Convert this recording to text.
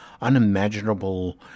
unimaginable